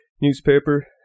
newspaper